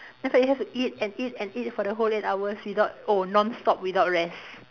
then after that you have to eat and eat and eat for the whole eight hours without oh non-stop without rest